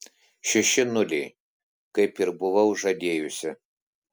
šeši nuliai kaip ir buvau žadėjusi